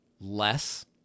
less